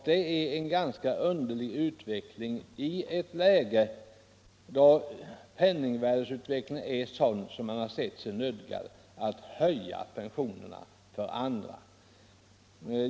Det är ganska underligt i ett läge då penningvärdeutvecklingen är sådan att man sett sig nödsakad att höja pensionerna för andra.